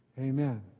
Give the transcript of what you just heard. Amen